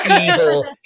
evil